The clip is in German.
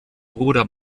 bruder